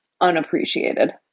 unappreciated